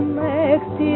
next